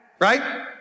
Right